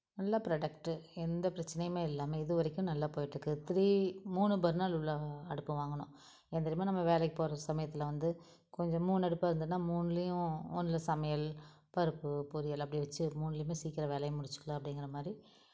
நல்ல புரோடக்ட்டு எந்த பிரச்சனையுமே இல்லாமல் இது வரைக்கும் நல்லா போயிகிட்ருக்குது த்ரீ மூணு பர்னர் உள்ள அடுப்பை வாங்கினோம் ஏன் தெரியுமா நம்ம வேலைக்கு போகிற சமயத்தில் வந்து கொஞ்சம் மூணு அடுப்பாக இருந்ததுனால் மூணுலேயும் ஒன்னில் சமையல் பருப்பு பொரியல் அப்படி வச்சி மூணுலேயுமே சீக்கிரம் வேலையை முடிச்சிக்கலாம் அப்படிங்கிற மாதிரி